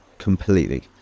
completely